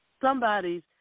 somebody's